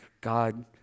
God